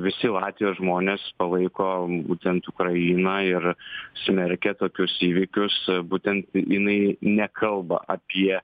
visi latvijos žmonės palaiko būtent ukrainą ir smerkia tokius įvykius būtent jinai nekalba apie